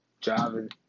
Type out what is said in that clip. driving